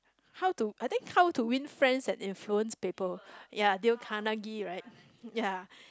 how to I think how to win friends and influence people ya Dale-Carnegie right ya